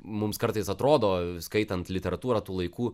mums kartais atrodo skaitant literatūrą tų laikų